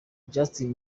justine